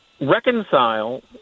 reconcile